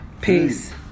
Peace